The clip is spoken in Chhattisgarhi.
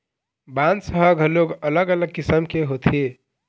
बांस ह घलोक अलग अलग किसम के होथे